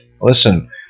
Listen